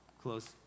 close